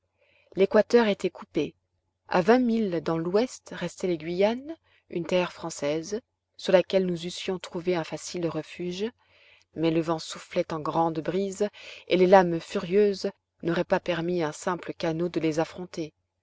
l'équateur était coupé a vingt milles dans l'ouest restaient les guyanes une terre française sur laquelle nous eussions trouvé un facile refuge mais le vent soufflait en grande brise et les lames furieuses n'auraient pas permis à un simple canot de les affronter